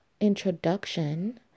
introduction